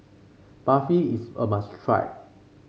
barfi is a must try